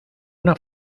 una